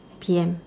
P M